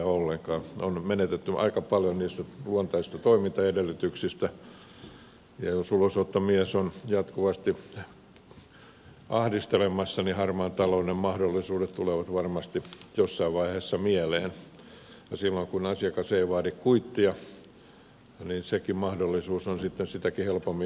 on menetetty aika paljon niistä luontaisista toimintaedellytyksistä ja jos ulosottomies on jatkuvasti ahdistelemassa niin harmaan talouden mahdollisuudet tulevat varmasti jossain vaiheessa mieleen ja silloin kun asiakas ei vaadi kuittia niin sekin mahdollisuus on sitten sitäkin helpommin hyödynnettävissä